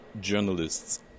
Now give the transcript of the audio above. journalists